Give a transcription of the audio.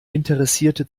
interessierte